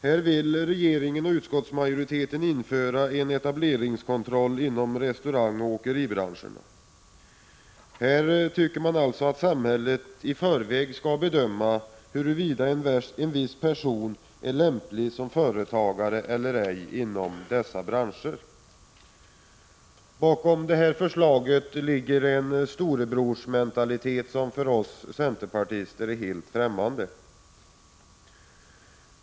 Här vill regeringen och utskottsmajoriteten införa en etableringskontroll inom restaurangoch åkeribranscherna. Man vill alltså att samhället i förväg skall bedöma om huruvida en viss person är lämplig som företagare eller ej inom dessa branscher. Bakom detta förslag ligger en storebrorsmentalitet som för oss centerpartister är helt främmande.